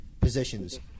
positions